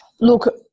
Look